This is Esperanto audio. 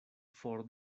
for